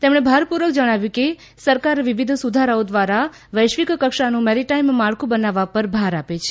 તેમણે ભારપૂર્વક જણાવ્યું કે સરકાર વિવિધ સુધારાઓ દ્વારા વૈશ્વિક કક્ષાનું મેરીટાઇમ માળખું બનાવવા પર ભાર આપે છે